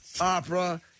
Opera